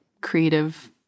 creative